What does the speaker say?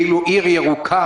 "עיר ירוקה",